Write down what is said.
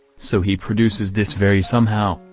so he produces this very somehow,